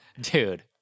dude